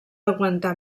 aguantar